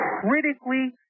critically